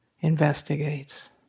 Investigates